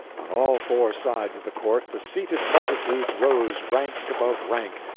on all four sides of the court the seated multitudes rose rank above rank,